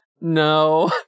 no